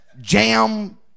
jam